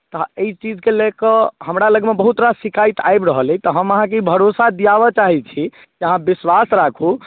तऽ एहि चीजके लऽ कऽ हमरा लगमे बहुत रास शिकायत आबि रहल अइ हम अहाँके ई भरोसा दियाबय चाहैत छी जे अहाँ विश्वास राखू